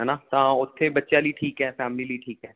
ਹੈ ਨਾ ਤਾਂ ਉੱਥੇ ਬੱਚਿਆਂ ਲਈ ਠੀਕ ਹੈ ਫੈਮਲੀ ਲਈ ਠੀਕ ਹੈ